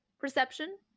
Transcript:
perception